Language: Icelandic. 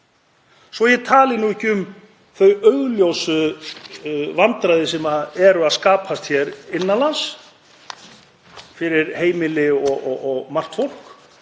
svo ég tali nú ekki um þau augljósu vandræði sem eru að skapast hér innan lands fyrir heimili og margt fólk.